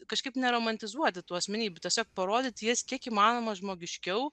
kažkaip neromantizuoti tų asmenybių tiesiog parodyti jas kiek įmanoma žmogiškiau